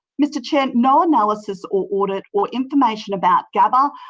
mr chair, no analysis or audit or information about gabba,